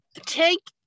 take